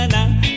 Now